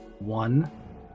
one